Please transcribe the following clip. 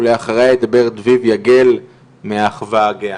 ולאחריה ידבר דביר יגל מהאחווה הגאה.